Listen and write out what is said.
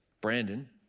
Brandon